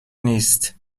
نیست